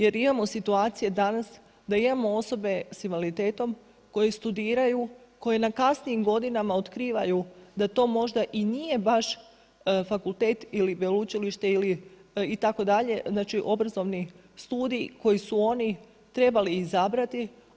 Jer imamo situacije danas da imamo osobe sa invaliditetom koje studiraju, koje na kasnijim godinama otkrivaju da to možda i nije baš fakultet ili veleučilište itd. znači obrazovni studij koji su oni trebali izabrati.